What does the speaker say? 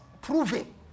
proving